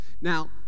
Now